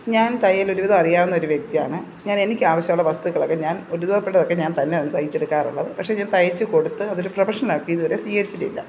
ഞാൻ തയ്യലൊരുവിധം അറിയാവുന്നൊരു വ്യക്തിയാണ് ഞാൻ എനിക്കാവശ്യമുള്ള വസ്തുക്കളൊക്കെ ഞാൻ ഒരുവിധപ്പെട്ടതൊക്കെ ഞാൻ തന്നെയാണ് തയ്ച്ചെടുക്കാറുള്ളത് പക്ഷെ ഞാൻ തയ്ച്ച് കൊടുത്ത് അതൊരു പ്രൊഫെഷണനാക്കി ഇതുവരെ സ്വീകരിച്ചിട്ടില്ല